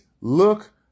look